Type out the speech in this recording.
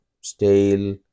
stale